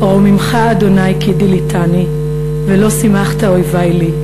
ארוממך ה' כי דִליתני ולא שִׂמחתָּ אֹיְבַי לי.